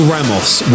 Ramos